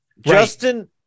Justin